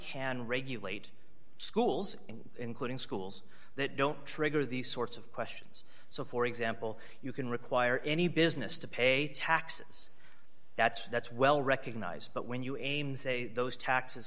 can regulate schools including schools that don't trigger these sorts of questions so for example you can require any business to pay taxes that's that's well recognized but when you aim say those taxes